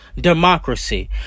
democracy